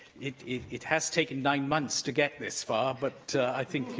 it it has taken nine months to get this far, but i think,